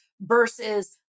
versus